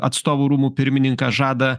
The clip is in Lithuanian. atstovų rūmų pirmininkas žada